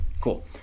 cool